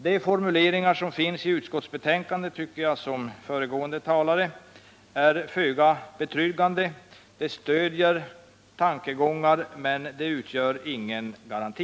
De formuleringar som finns i utskottsbetänkandet tycker jag, liksom föregående talare, är föga betryggande. De stöder tankegångar men utgör ingen garanti.